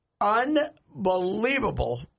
unbelievable